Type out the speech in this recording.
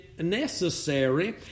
necessary